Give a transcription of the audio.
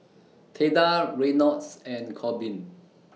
Theda Reynolds and Korbin